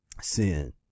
sin